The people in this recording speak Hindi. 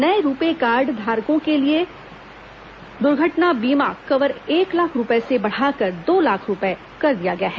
नये रूपे कार्ड धारकों के लिए दर्घटना बीमा कवर एक लाख रुपये से बढ़ाकर दो लाख रुपये कर दिया गया है